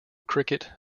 cricket